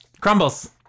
Crumbles